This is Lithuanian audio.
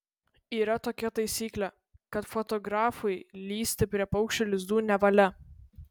yra tokia taisyklė kad fotografui lįsti prie paukščių lizdų nevalia